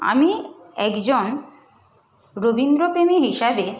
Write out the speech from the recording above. আমি একজন রবীন্দ্রপ্রেমী হিসাবে